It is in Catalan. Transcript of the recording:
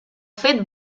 fet